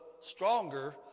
stronger